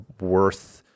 worth